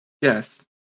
Yes